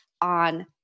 on